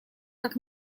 как